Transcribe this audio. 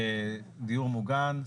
-- דיור מוגן,